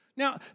Now